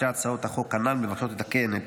שתי הצעות החוק הנ"ל מבקשות לתקן את